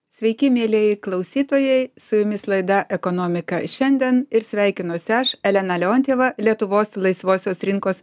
sveiki mielieji klausytojai su jumis laida ekonomika šiandien ir sveikinuosi aš elena leontjeva lietuvos laisvosios rinkos